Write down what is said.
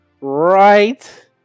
Right